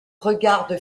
regarde